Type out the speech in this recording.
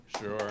sure